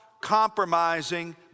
Compromising